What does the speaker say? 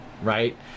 Right